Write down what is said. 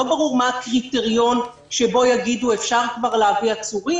לא ברור מה הקריטריון שיגידו שאפשר כבר להביא עצורים.